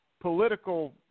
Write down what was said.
political